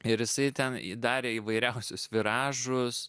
ir jisai ten darė įvairiausius viražus